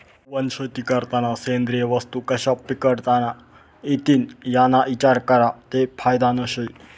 वनशेती करतांना सेंद्रिय वस्तू कशा पिकाडता इतीन याना इचार करा ते फायदानं शे